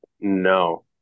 No